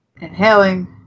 Inhaling